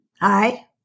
hi